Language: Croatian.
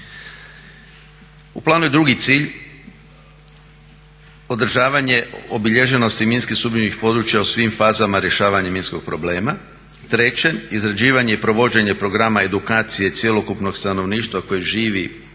U planu je drugi cilj, odražavanje obilježenosti minski sumnjivih područja u svim fazama rješavanja minskog problema. Treće, izrađivanje i provođenje programa edukacije cjelokupnog stanovništva koje živi ili